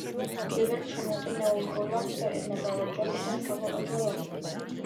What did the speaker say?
kivirčo metu neužgauliokite ir nepravardžiuokite savo atžalos